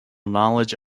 knowledge